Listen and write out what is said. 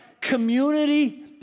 community